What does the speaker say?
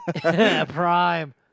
Prime